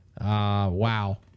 wow